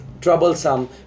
troublesome